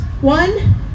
One